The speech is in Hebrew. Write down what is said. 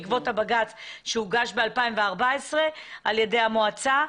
בעקבות הבג"צ שהוגש ב-2014 על ידי המועצה,